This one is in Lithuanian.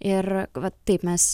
ir vat taip mes